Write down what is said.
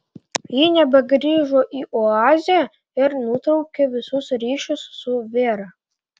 ji nebegrįžo į oazę ir nutraukė visus ryšius su vera